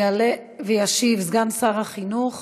יעלה וישיב סגן שר החינוך